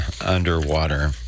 underwater